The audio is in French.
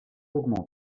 augmente